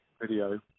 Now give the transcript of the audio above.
video